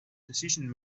decision